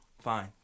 Fine